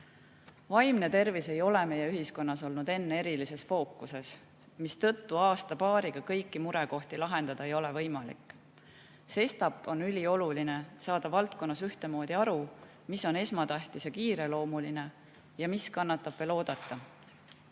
Vaimne tervis ei ole meie ühiskonnas olnud enne erilises fookuses, mistõttu aasta-paariga kõiki murekohti lahendada ei ole võimalik. Sestap on ülioluline saada valdkonnas ühtemoodi aru, mis on esmatähtis ja kiireloomuline ja mis kannatab veel oodata.